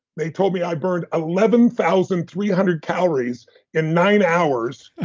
they told me i burned eleven thousand three hundred calories in nine hours.